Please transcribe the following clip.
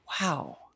wow